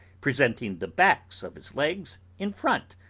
presenting the backs of his legs in front,